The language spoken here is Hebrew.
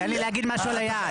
תן לי להגיד משהו על היעד.